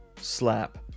slap